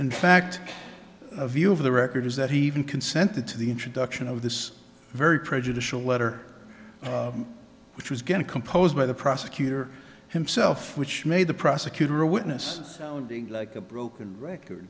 in fact a view of the record is that he even consented to the introduction of this very prejudicial letter which was getting composed by the prosecutor himself which made the prosecutor a witness like a broken record